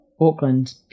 Auckland